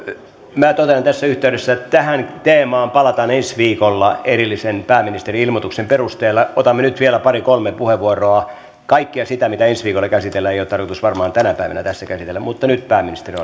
minä totean tässä yhteydessä että tähän teemaan palataan ensi viikolla erillisen pääministerin ilmoituksen perusteella otamme nyt vielä pari kolme puheenvuoroa kaikkea sitä mitä ensi viikolla käsitellään ei ole tarkoitus varmaan tänä päivänä tässä käsitellä mutta nyt pääministeri